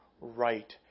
right